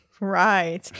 Right